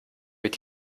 wird